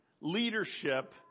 leadership